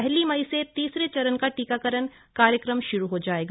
पहली मई से तीसरे चरण का टीकाकरण कार्यक्रम शुरू हो जायेगा